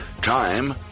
time